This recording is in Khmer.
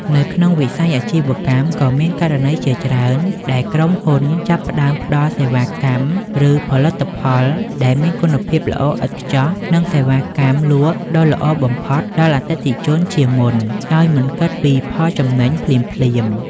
នៅក្នុងវិស័យអាជីវកម្ម ក៏មានករណីជាច្រើនដែលក្រុមហ៊ុនចាប់ផ្តើមផ្តល់សេវាកម្ម ឬផលិតផលដែលមានគុណភាពល្អឥតខ្ចោះ និងសេវាកម្មលក់ដ៏ល្អបំផុតដល់អតិថិជនជាមុន ដោយមិនគិតពីផលចំណេញភ្លាមៗ។